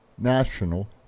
national